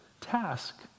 task